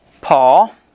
Paul